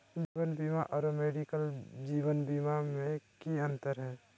जीवन बीमा और मेडिकल जीवन बीमा में की अंतर है?